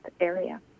area